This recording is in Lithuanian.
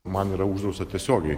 man yra uždrausta tiesiogiai